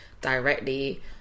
directly